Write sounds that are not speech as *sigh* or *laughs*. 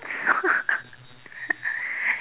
*laughs*